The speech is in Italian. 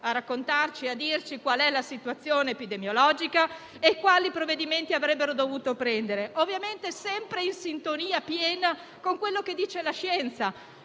a raccontarci qual è la situazione epidemiologica e quali provvedimenti avrebbero dovuto prendere, ovviamente sempre in sintonia piena con quello che dice la scienza.